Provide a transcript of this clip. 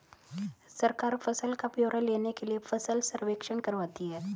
सरकार फसल का ब्यौरा लेने के लिए फसल सर्वेक्षण करवाती है